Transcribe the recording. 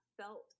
Felt